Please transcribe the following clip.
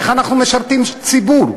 איך אנחנו משרתים ציבור?